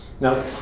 Now